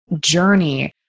journey